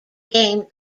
game